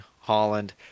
Holland